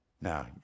Now